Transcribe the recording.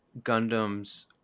Gundams